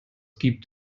gibt